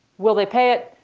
will they pay it?